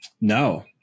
No